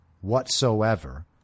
whatsoever